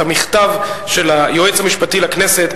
את המכתב של היועץ המשפטי לכנסת,